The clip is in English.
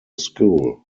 school